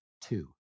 Two